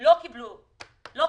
לא קיבלו שקל.